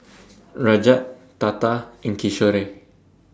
Rajat Tata and Kishore